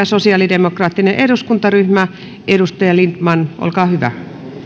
sosiaalidemokraattinen eduskuntaryhmä edustaja lindtman olkaa hyvä